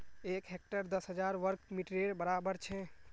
एक हेक्टर दस हजार वर्ग मिटरेर बड़ाबर छे